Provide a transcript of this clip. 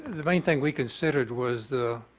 the main thing we considered was the